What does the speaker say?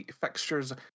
fixtures